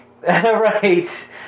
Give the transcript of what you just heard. Right